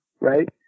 right